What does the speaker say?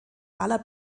aller